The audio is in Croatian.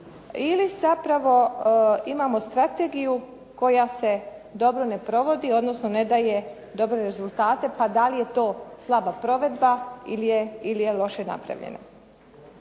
ili zapravo imamo strategiju koja se dobro ne provodi, odnosno ne daje dobre rezultate pa da li je to slaba provedba ili je loše napravljena.